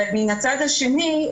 מצד שני,